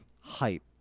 hype